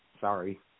sorry